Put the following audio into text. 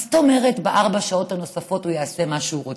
מה זאת אומרת בארבע השעות הנוספות הוא יעשה מה שהוא רוצה?